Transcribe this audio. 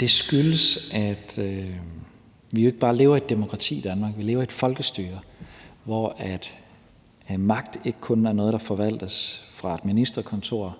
Det skyldes, at vi jo ikke bare lever i et demokrati i Danmark; vi lever i et folkestyre, hvor magt ikke kun er, når noget forvaltes fra et ministerkontor,